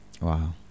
Wow